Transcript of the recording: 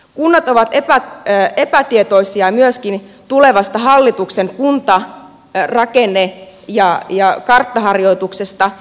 kunnat ovat epätietoisia myöskin tulevasta hallituksen kuntarakenne ja karttaharjoituksesta